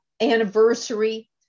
anniversary